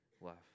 love